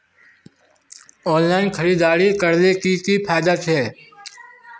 Online खरीदारी करले की की फायदा छे?